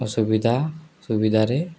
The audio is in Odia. ଅସୁବିଧା ସୁବିଧାରେ